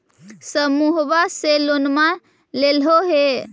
समुहवा से लोनवा लेलहो हे?